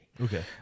Okay